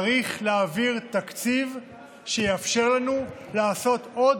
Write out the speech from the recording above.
צריך להעביר תקציב שיאפשר לנו לעשות עוד